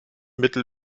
mittel